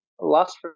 Last